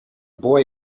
boy